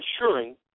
ensuring